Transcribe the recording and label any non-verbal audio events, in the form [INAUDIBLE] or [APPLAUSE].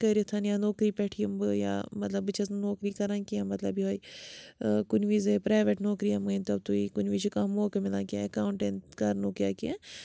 کٔرِتھ یا نوکری پٮ۪ٹھ یِم بہٕ یا مطلب بہٕ چھَس نہٕ نوکری کَران کیٚنٛہہ مطلب یِہوٚے کُنۍ وِزے پرٛایویٹ نوکرِیہ مٲنۍتو تُہۍ کُنۍ وِزِ چھِ کانٛہہ موقعہٕ مِلان کہِ [UNINTELLIGIBLE] کَرنُک یا کیٚنٛہہ